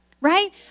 right